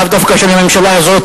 לאו דווקא של הממשלה הזאת,